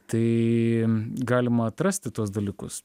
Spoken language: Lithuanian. tai galima atrasti tuos dalykus